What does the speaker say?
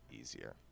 easier